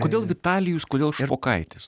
kodėl vitalijus kodėl špokaitis